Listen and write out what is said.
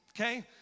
Okay